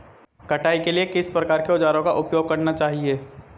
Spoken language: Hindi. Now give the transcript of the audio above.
कटाई के लिए किस प्रकार के औज़ारों का उपयोग करना चाहिए?